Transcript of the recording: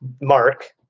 Mark